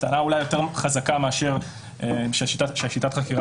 טענה אולי יותר חזקה מאשר ששיטת החקירה